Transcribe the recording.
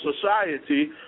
society